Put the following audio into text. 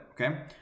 okay